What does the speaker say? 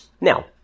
now